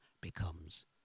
becomes